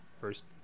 first